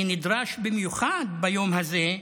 אני נדרש, במיוחד ביום הזה,